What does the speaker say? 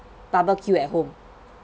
barbecue at home